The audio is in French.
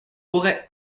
aurait